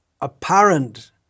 apparent